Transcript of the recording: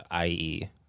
IE